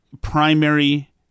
primary